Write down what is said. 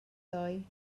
ddoi